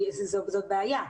זה בעיה.